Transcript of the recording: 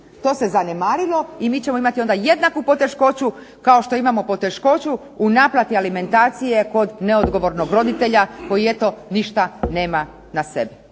To se zanemarilo i mi ćemo imati onda jednaku poteškoću, kao što imamo poteškoću u naplati alimentacije kod neodgovornog roditelja koji eto ništa nema na sebi.